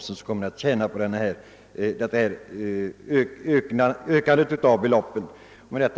Det är de som kommer att tjäna på de ökade beloppen. Herr talman!